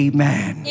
Amen